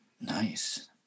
Nice